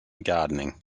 gardening